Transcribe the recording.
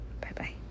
Bye-bye